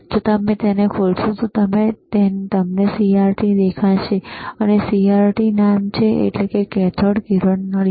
જો તમે તેને ખોલશો તો તમને CRT દેખાશે અને CRT નામ છે કેથોડ કિરણ નળી